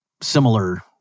similar